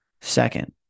Second